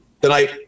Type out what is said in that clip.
Tonight